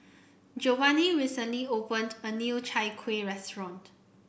Giovanni recently opened a new Chai Kuih Restaurant